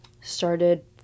started